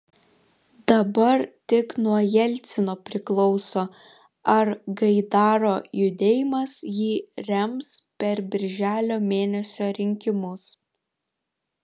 dabar tik nuo jelcino priklauso ar gaidaro judėjimas jį rems per birželio mėnesio rinkimus